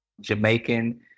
Jamaican